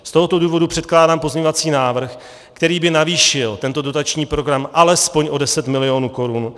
Z tohoto důvodu předkládám pozměňovací návrh, který by navýšil tento dotační program alespoň o 10 mil. korun.